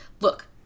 look